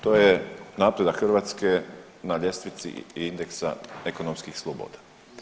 To je napredak Hrvatske na ljestvici indeksa ekonomskih sloboda.